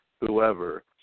whoever